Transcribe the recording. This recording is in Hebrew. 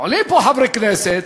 עולים פה חברי כנסת,